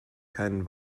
keinen